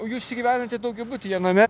o jūs gyvenate daugiabutyje name